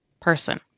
person